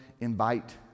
invite